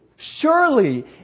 Surely